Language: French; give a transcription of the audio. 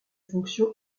fonctions